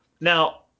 Now